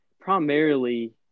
primarily